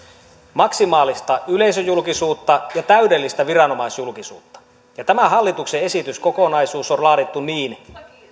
maksimaalista yleisöjulkisuutta ja täydellistä viranomaisjulkisuutta tämä hallituksen esityskokonaisuus on laadittu niin